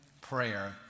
prayer